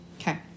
Okay